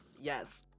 Yes